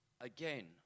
Again